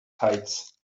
heights